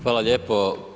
Hvala lijepo.